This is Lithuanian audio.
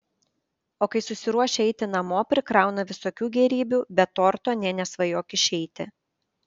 o kai susiruošia eiti namo prikrauna visokių gėrybių be torto nė nesvajok išeiti